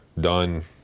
done